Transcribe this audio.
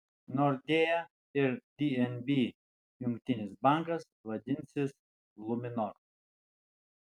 nordea ir dnb jungtinis bankas vadinsis luminor